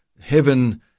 heaven